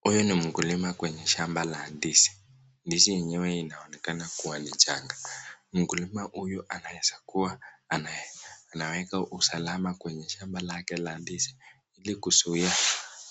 Huyu ni mkulima kwenye shamba la ndizi. Ndizi yenyewe inaonekana kua ni changa. Mkulima huyu anaeza kua anaweka usalama kwenye shamba lake la ndizi ili kuzuia